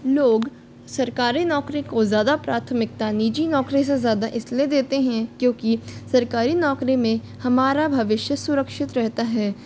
लोग सरकारी नौकरी को ज़्यादा प्राथमिकता नीजी नौकरी से ज़्यादा इसलिए देते हैं क्योंकि सरकारी नौकरी में हमारा भविष्य सुरक्षित रहता है